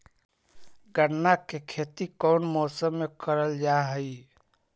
गन्ना के खेती कोउन मौसम मे करल जा हई?